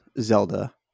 Zelda